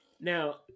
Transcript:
Now